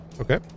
Okay